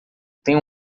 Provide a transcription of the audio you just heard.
tem